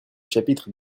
chapitre